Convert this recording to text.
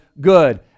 good